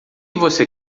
você